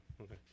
okay